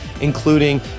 including